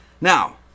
Now